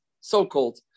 so-called